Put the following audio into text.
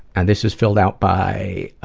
and this is filled out by,